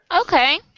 Okay